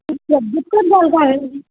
ਤੁਸੀਂ ਪ੍ਰਭਜੋਤ ਕੌਰ ਗੱਲ ਕਰ ਰਹੇ ਹੋ ਜੀ